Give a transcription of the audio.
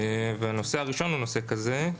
והנושא הראשון, הוא נושא כזה.